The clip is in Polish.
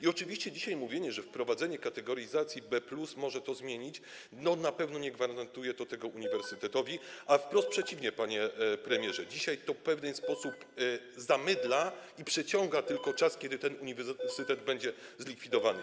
I oczywiście mówienie dzisiaj, że wprowadzenie kategoryzacji B+ może to zmienić, na pewno nie gwarantuje tego uniwersytetowi, a wprost przeciwnie, panie premierze, dzisiaj to w pewien sposób zamydla i przeciąga tylko w czasie to, kiedy ten uniwersytet będzie zlikwidowany.